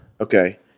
Okay